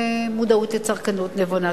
ולמודעות לצרכנות נבונה.